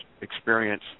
experience